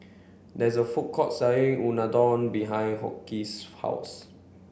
there is a food court selling Unadon behind Hoke's house